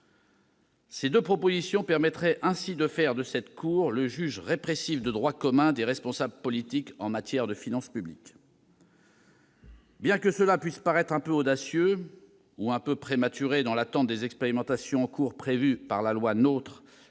Ces deux propositions permettraient ainsi de faire de cette cour le juge répressif de droit commun des responsables politiques en matière de finances publiques. Bien que cela puisse paraître un peu audacieux, ou un peu prématuré dans l'attente des expérimentations en cours prévues par la loi